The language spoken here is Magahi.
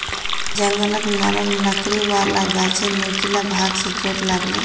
जंगलत नरम लकड़ी वाला गाछेर नुकीला भाग स चोट लाग ले